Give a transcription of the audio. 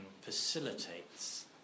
facilitates